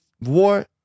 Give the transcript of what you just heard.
war